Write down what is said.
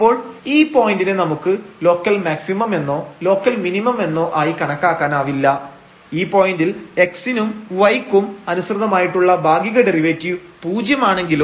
അപ്പോൾ ഈ പോയന്റിനെ നമുക്ക് ലോക്കൽ മാക്സിമം എന്നോ ലോക്കൽ മിനിമം എന്നോ ആയി കണക്കാക്കാനാവില്ല ഈ പോയന്റിൽ x നും y ക്കും അനുസൃതമായിട്ടുള്ള ഭാഗിക ഡെറിവേറ്റീവ് പൂജ്യം ആണെങ്കിലും